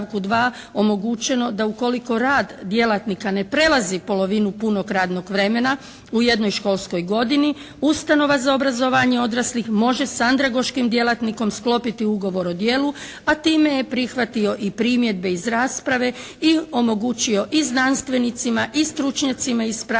Ustanova za obrazovanje odraslih može sa andragoškim djelatnikom sklopiti ugovor o djelu a time je prihvatio i primjedbe iz rasprave i omogućio i znanstvenicima i stručnjacima iz prakse